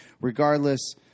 Regardless